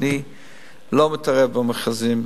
אני לא מתערב במכרזים,